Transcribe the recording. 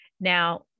Now